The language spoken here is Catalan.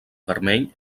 vermell